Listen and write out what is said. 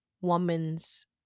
woman's